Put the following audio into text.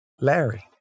Larry